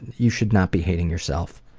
you should not be hating yourself.